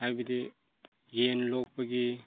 ꯍꯥꯏꯕꯗꯤ ꯌꯦꯟ ꯂꯣꯛꯄꯒꯤ